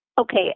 okay